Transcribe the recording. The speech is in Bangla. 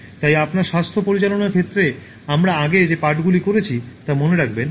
তাই আপনার স্বাস্থ্য পরিচালনার ক্ষেত্রে আমরা আগে যে পাঠগুলি করেছি তা মনে রাখবেন